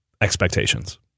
expectations